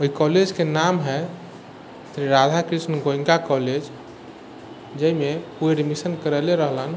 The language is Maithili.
ओहि कॉलेजके नाम हइ श्री राधा कृष्ण गोयनका कॉलेज ओ जाहिमे एडमिशन करेले रहलन